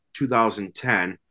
2010